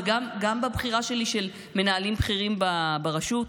וגם בבחירה שלי של מנהלים בכירים ברשות,